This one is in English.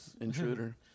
Intruder